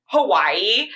Hawaii